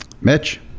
Mitch